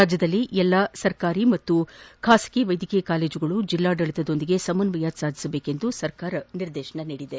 ರಾಜ್ಯದಲ್ಲಿ ಎಲ್ಲಾ ಸರ್ಕಾರಿ ಹಾಗೂ ಖಾಸಗಿ ವೈದ್ಯಕೀಯ ಕಾಲೇಜುಗಳು ಜಿಲ್ಲಾಡಳಿತದೊಂದಿಗೆ ಸಮನ್ವಯ ಸಾಧಿಸುವಂತೆ ಸರ್ಕಾರ ನಿರ್ದೇಶನ ನೀಡಿದೆ